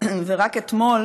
ורק אתמול